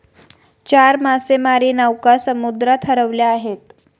चार मासेमारी नौका समुद्रात हरवल्या आहेत